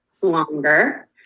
longer